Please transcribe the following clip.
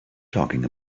talking